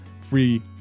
free